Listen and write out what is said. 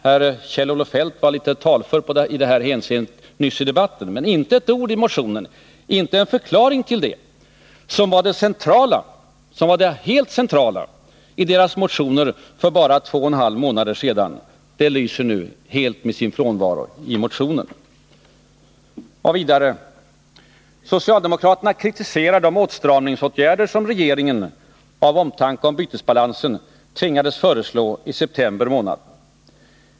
Herr Kjell-Olof Feldt var litet talför i detta hänseende i debatten nyss, men i motionen finns inte ett ord som förklaring till det som var det helt centrala i deras motioner för bara två och en halv månad sedan. Det lyser helt med sin frånvaro i motionen. Och vidare: Socialdemokraterna kritiserar de åtstramningsåtgärder som regeringen av omtanke om bytesbalansen tvingades föreslå i september månad.